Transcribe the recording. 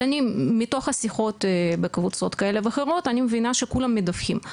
אבל אני מבינה מתוך השיחות בקבוצות כאלה ואחרות שכולם מדווחים.